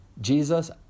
Jesus